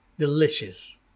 Delicious